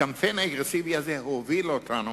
הקמפיין האגרסיבי הזה הוביל אותנו